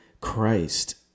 christ